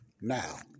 Now